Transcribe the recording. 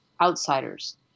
outsiders